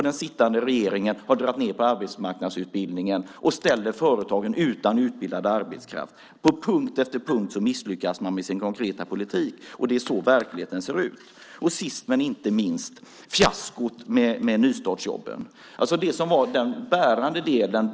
Den sittande regeringen har dragit ned på arbetsmarknadsutbildningen och ställer företagen utan utbildad arbetskraft. På punkt efter punkt misslyckas man med sin konkreta politik. Det är så verkligheten ser ut. Sist, men inte minst, har vi fiaskot med nystartsjobben, det som var den bärande delen.